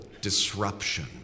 disruption